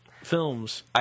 films